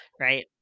right